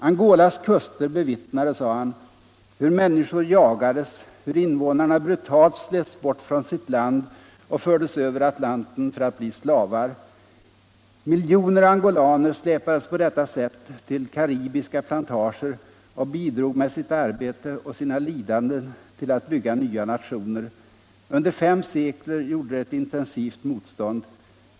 Angolas kuster bevittnade, sade han, hur människor jagades, hur invånarna brutalt slets bort från sitt land och fördes över Atlanten för att bli stavar. ”Miljoner angolaner släpades på detta sätt till karibiska plantager och bidrog med sitt arbete och sina lidanden till att bygga nya nationer —-—-—- Under fem sekler gjorde de ett intensivt motstånd —-—-—-.